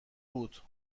بود